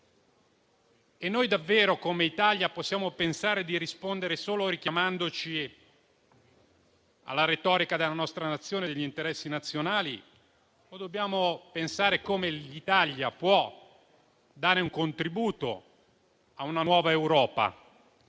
Davvero, come Italia, possiamo pensare di rispondere solo richiamandoci alla retorica della nostra Nazione e degli interessi nazionali o dobbiamo pensare come l'Italia può dare un contributo a una nuova Europa?